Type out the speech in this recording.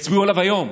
ויצביעו עליו היום,